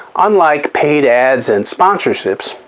unlike paid ads and sponsorships,